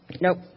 Nope